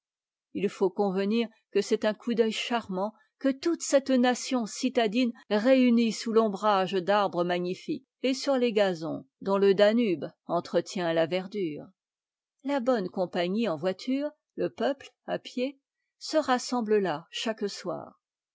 déshabituer faut convenir que c'est un coup d'oeil charmant que toute cette nation citadine réunie sous l'ombrage d'arbres magnifiques et sur les gazons dont le danube entretient la verdure la bonne compagnie en voiture le peuple à pied se rassemblent là chaque soir